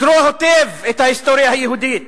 לקרוא היטב את ההיסטוריה היהודית